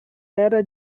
era